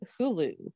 Hulu